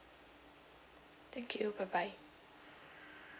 thank you bye bye